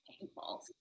painful